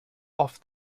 off